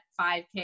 5k